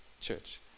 church